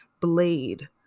blade